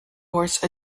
horse